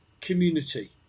community